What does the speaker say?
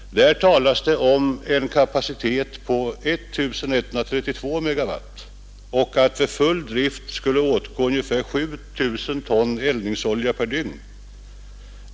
Där talas det om en kapacitet på 1 132 MW och om att det vid full drift skulle åtgå ungefär 7 000 ton eldningsolja per dygn.